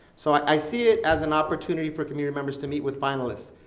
so i i see it as an opportunity for community members to meet with finalists.